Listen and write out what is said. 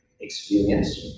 experience